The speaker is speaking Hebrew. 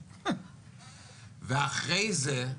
ואחרי זה,